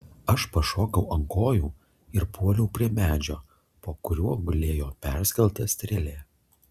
aš pašokau ant kojų ir puoliau prie medžio po kuriuo gulėjo perskelta strėlė